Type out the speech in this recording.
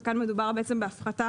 וכאן מדובר בהפחתה,